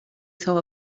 saw